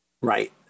Right